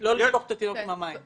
לא לשפוך את התינוק עם המים.